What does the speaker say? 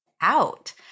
out